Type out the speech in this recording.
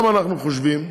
גם אנחנו חושבים,